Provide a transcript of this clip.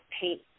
paint